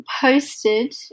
posted